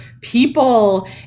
people